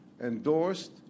endorsed